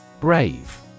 Brave